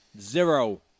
zero